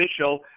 official